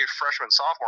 freshman-sophomore